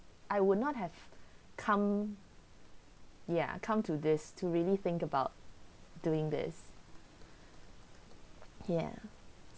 I would not have come ya come to this to really think about doing this ya